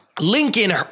Lincoln